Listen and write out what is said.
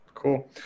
Cool